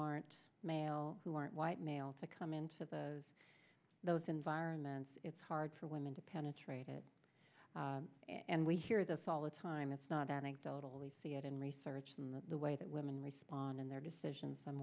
aren't male who aren't white male to come into the those environments it's hard for women to penetrate it and we hear this all the time it's not anecdotal we see it in research and the way that women respond in their decisions